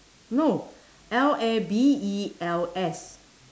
no L A B E L S